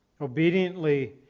obediently